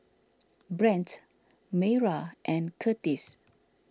Brent Mayra and Curtiss